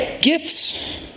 gifts